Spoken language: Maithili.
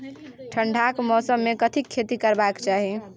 ठंडाक मौसम मे कथिक खेती करबाक चाही?